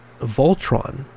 Voltron